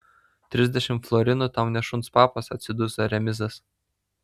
trisdešimt florinų tau ne šuns papas atsiduso remizas